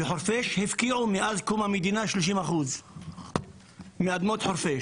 הפקיעו מאז קום המדינה 30% מאדמות חורפיש